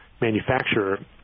manufacturer